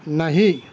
نہیں